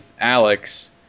Alex